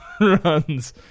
runs